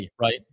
right